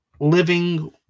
living